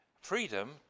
freedom